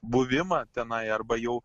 buvimą tenai arba jau